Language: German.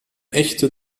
echte